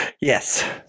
Yes